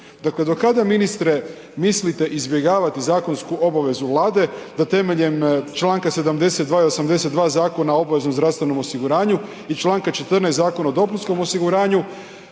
Dakle, do kada ministre mislite izbjegavati zakonsku obavezu Vlade da temeljem Članka 72. i 82. Zakona o obaveznom zdravstvenom osiguranju i Članka 14. Zakona o dopunskom osiguranju